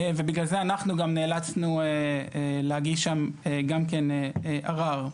ובגלל זה אנחנו גם נאלצנו להגיש שם גם כן ערר.